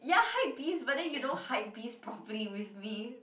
ya hypebeast but then you don't hypebeast properly with me